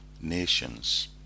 nations